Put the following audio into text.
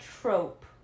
trope